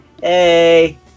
hey